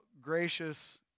gracious